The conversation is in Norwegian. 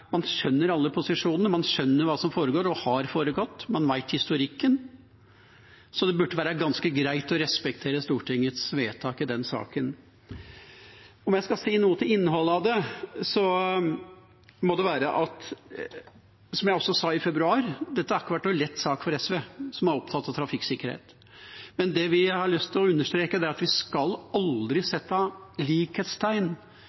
man skjønner alle posisjonene, man skjønner hva som foregår og har foregått, man kjenner historikken, så det burde være ganske greit å respektere Stortingets vedtak i den saken. Om jeg skal si noe om innholdet i det, må det være, som jeg også sa i februar, at dette ikke har vært noen lett sak for SV, som er opptatt av trafikksikkerhet. Men det vi har lyst til å understreke, er at vi aldri skal